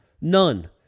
none